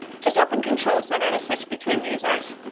just open control center to switch between users,